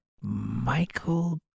Michael